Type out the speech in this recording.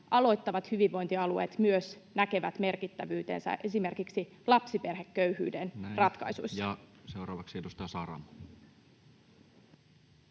aloittavat hyvinvointialueet myös näkevät merkittävyytensä esimerkiksi lapsiperheköyhyyden ratkaisuissa? Näin. — Ja seuraavaksi edustaja Saramo.